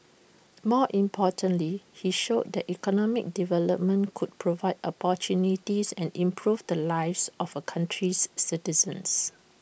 more importantly he showed that economic development could provide opportunities and improve the lives of A country's citizens